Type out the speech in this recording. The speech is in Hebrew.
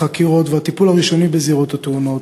החקירות והטיפול הראשוני בזירות התאונות